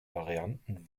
varianten